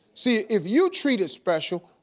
see, if you treat it special,